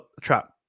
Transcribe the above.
trap